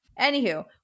Anywho